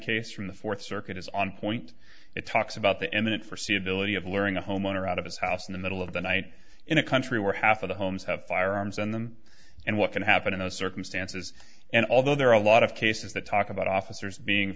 case from the fourth circuit is on point it talks about the eminent forsee ability of luring a homeowner out of his house in the middle of the night in a country where half of the homes have firearms on them and what can happen in those circumstances and although there are a lot of cases that talk about officers being